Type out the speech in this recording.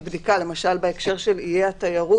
ויפרו את הבידוד כנראה באותם אחוזים --- את יוצאת מנקודת הנחה,